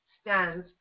stands